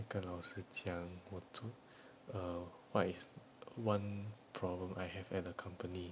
跟老师讲我就 err what is one problem I have at the company